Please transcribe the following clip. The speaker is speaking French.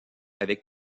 avec